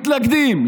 מתנגדים.